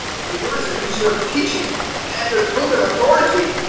here is a new sort of teaching and a tone of authority!